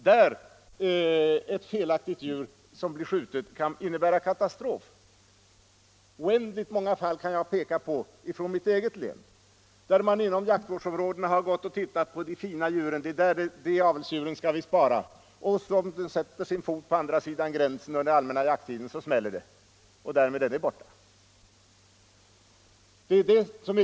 Där kan ett felaktigt skjutet djur innebära katastrof för avelsarbetet. Jag kan peka på oändligt många fall från mitt eget län, där man inom jaktvårdsområdena har sett på de fina avelsdjuren och bestämt vilka som skall sparas. Sedan har djuren under allmänna jakttiden satt sin fot på andra sidan gränsen. Så smäller det och därmed är de borta.